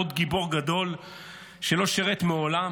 עוד גיבור גדול שלא שירת מעולם,